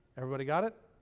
everybody got it?